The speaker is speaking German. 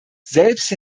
selbst